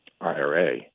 IRA